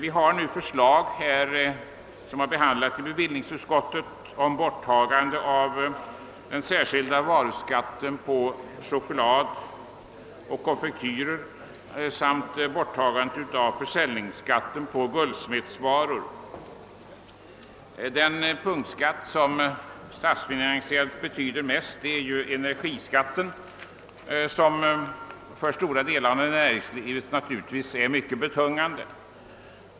I förevarande betänkande behandlas förslag om borttagande av den särskilda varuskatten på choklad och konfektyrvaror samt borttagande av försäljningsskatten på guldsmedsvaror. Den punktskatt som statsfinansiellt betyder mest är ju energiskatten, som för stora delar ay näringslivet är mycket betungande.